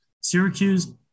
Syracuse